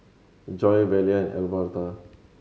Joi Velia and Alverta